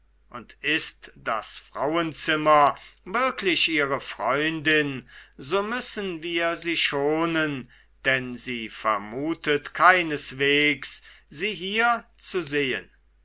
und ist das frauenzimmer wirklich ihre freundin so müssen wir sie schonen denn sie vermutet keinesweges sie hier zu sehen